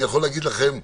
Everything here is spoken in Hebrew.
אני יכול להגיד לכם,